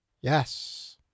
Yes